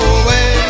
away